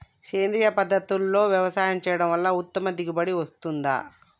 సేంద్రీయ పద్ధతుల్లో వ్యవసాయం చేయడం వల్ల ఉత్తమ దిగుబడి వస్తుందా?